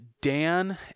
Dan